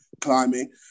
climbing